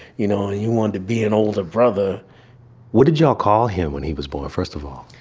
you know, and you wanted to be an older brother what did y'all call him when he was born, first of all?